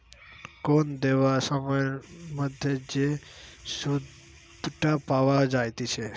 কোন দেওয়া সময়ের মধ্যে যে সুধটা পাওয়া যাইতেছে